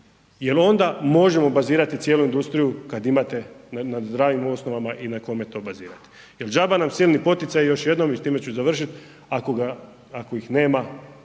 jer onda možemo bazirati cijelu industriju kad imate na zdravim osnovama i na kome to bazirati. Jer đaba nam silni poticaji još jednom i s time ću završit, ako ih nema